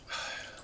!haiya!